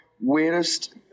weirdest